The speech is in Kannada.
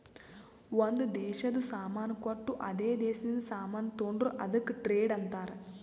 ಒಂದ್ ದೇಶದು ಸಾಮಾನ್ ಕೊಟ್ಟು ಅದೇ ದೇಶದಿಂದ ಸಾಮಾನ್ ತೊಂಡುರ್ ಅದುಕ್ಕ ಟ್ರೇಡ್ ಅಂತಾರ್